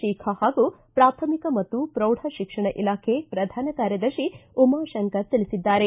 ಶಿಖಾ ಹಾಗೂ ಪ್ರಾಥಮಿಕ ಮತ್ತು ಪ್ರೌಢ ಶಿಕ್ಷಣ ಇಲಾಖೆ ಪ್ರಧಾನ ಕಾರ್ಯದರ್ಶಿ ಉಮಾಶಂಕರ್ ತಿಳಿಸಿದ್ದಾರೆ